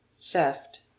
Theft